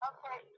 Okay